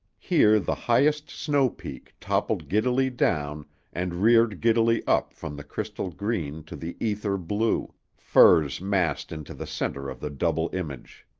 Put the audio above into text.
here the highest snow-peak toppled giddily down and reared giddily up from the crystal green to the ether blue, firs massed into the center of the double image.